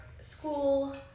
school